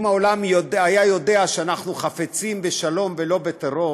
אם העולם היה יודע שאנחנו חפצים בשלום ולא בטרור,